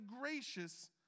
gracious